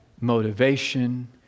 motivation